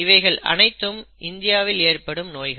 இவைகள் அனைத்தும் இந்தியாவில் ஏற்படும் நோய்கள்